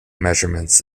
measurements